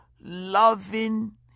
loving